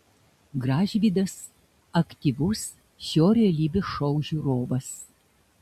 gražvydas aktyvus šio realybės šou žiūrovas